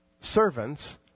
servants